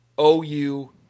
OU